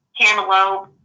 cantaloupe